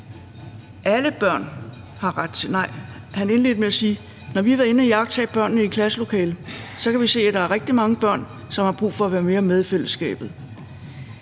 udtrykte på følgende måde: Når vi har været inde at iagttage børnene i et klasselokale, kan vi se, at der er rigtig mange børn, som har brug for at være mere med i fællesskabet.